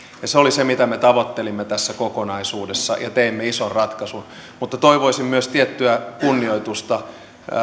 se oli se mitä me tavoittelimme tässä kokonaisuudessa ja teimme ison ratkaisun mutta toivoisin myös tiettyä kunnioitusta